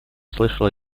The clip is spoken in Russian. слышала